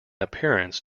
appearance